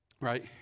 right